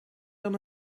dan